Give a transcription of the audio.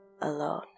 alone